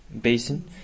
Basin